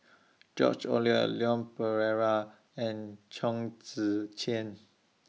George Oehlers Leon Perera and Chong Tze Chien